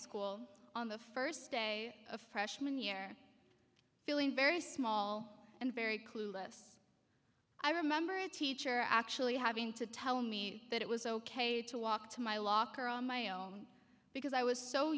school on the first day of freshman year feeling very small and very clueless i remember a teacher actually having to tell me that it was ok to walk to my locker on my own because i was so